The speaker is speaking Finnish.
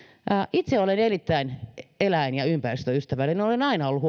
itse olen erittäin eläin ja ympäristöystävällinen ja olen aina ollut